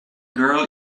girl